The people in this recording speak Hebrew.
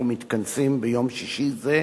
אנחנו מתכנסים ביום שישי זה,